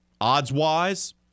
odds-wise